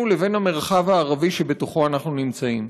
לבין המרחב הערבי שבתוכו אנחנו נמצאים,